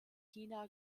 china